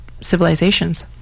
civilizations